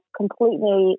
completely